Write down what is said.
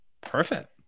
Perfect